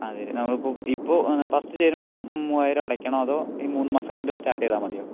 അത് നമ്മളിപ്പോൾ ഫസ്റ്റ് ചേരുമ്പോഴും മൂവായിരം അടക്കണോ അതോ ഈ മൂന്ന് മാസം കഴിഞ്ഞിട്ട് സ്റ്റാർട്ട് ചെയ്താൽ മതിയോ